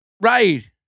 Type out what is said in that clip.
right